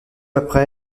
après